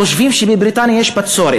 היו חושבים שבבריטניה יש בצורת.